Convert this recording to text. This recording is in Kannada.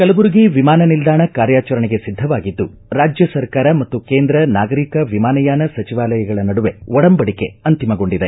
ಕಲಬುರಗಿ ವಿಮಾನ ನಿಲ್ದಾಣ ಕಾರ್ಯಾಚರಣೆಗೆ ಸಿದ್ಧವಾಗಿದ್ದು ರಾಜ್ಯ ಸರ್ಕಾರ ಮತ್ತು ಕೇಂದ್ರ ನಾಗರಿಕ ವಿಮಾನಯಾನ ಸಚಿವಾಲಯಗಳ ನಡುವೆ ಒಡಂಬಡಿಕೆ ಅಂತಿಮಗೊಂಡಿದೆ